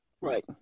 right